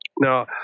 now